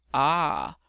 ah!